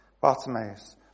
Bartimaeus